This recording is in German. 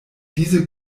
diese